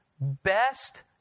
best